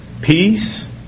peace